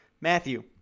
Matthew